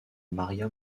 maria